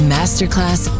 Masterclass